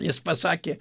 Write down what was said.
jis pasakė